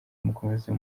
mukomeze